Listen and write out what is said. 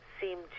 seemed